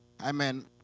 Amen